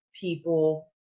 people